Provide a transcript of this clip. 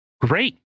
great